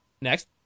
Next